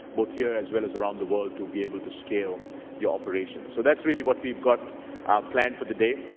both here as well as around the world, to be able to scale your operations. so that's really what we've got planned for the day.